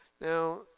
Now